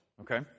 Okay